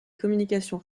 communications